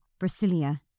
Brasilia